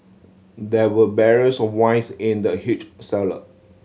there were barrels of wines in the huge cellar